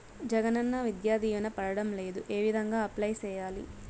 జగనన్న విద్యా దీవెన పడడం లేదు ఏ విధంగా అప్లై సేయాలి